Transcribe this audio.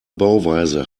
bauweise